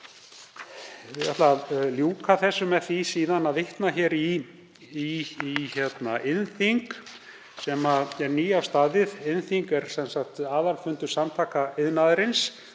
Ég ætla að ljúka þessu með því að vitna hér í iðnþing sem er nýafstaðið. Iðnþing er aðalfundur Samtaka iðnaðarins